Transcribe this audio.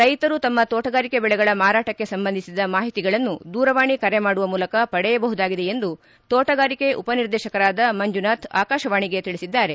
ರೈತರು ತಮ್ನ ತೋಟಗಾರಿಕೆ ಬೆಳಗಳ ಮಾರಾಟಕ್ಕೆ ಸಂಬಂಧಿಸಿದ ಮಾಹಿತಿಗಳನ್ನು ದೂರವಾಣಿ ಕರೆ ಮಾಡುವ ಮೂಲಕ ಪಡೆಯಬಹುದಾಗಿದೆ ಎಂದು ತೋಟಗಾರಿಕೆ ಉಪನಿರ್ದೇಶಕರಾದ ಮಂಜುನಾಥ್ ಆಕಾಶವಾಣಿಗೆ ತಿಳಿಸಿದ್ದಾರೆ